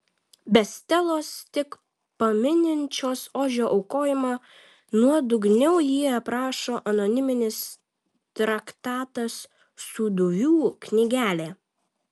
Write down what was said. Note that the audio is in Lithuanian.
be stelos tik pamininčios ožio aukojimą nuodugniau jį aprašo anoniminis traktatas sūduvių knygelė